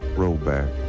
rollback